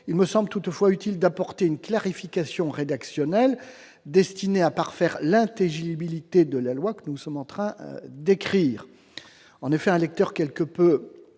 Il me semble toutefois utile d'apporter une clarification rédactionnelle afin de parfaire l'intelligibilité de la loi que nous sommes en train d'écrire. En effet, un lecteur quelque peu